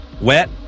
wet